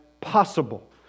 possible